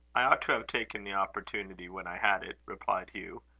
i ought to have taken the opportunity when i had it, replied hugh.